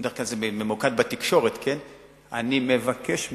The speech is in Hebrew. בדרך כלל זה ממוקד בתקשורת, אני מבקש מהן,